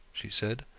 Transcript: she said.